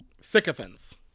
Sycophants